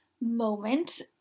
moment